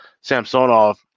samsonov